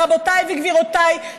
רבותיי וגבירותיי,